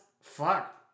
Fuck